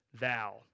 thou